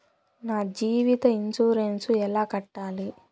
నా జీవిత ఇన్సూరెన్సు ఎలా కట్టాలి?